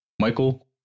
Michael